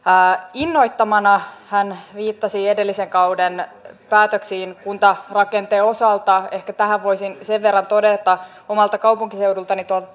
innoittamana hän viittasi edellisen kauden päätöksiin kuntarakenteen osalta ehkä tähän voisin sen verran todelta omalta kaupunkiseudultani tuolta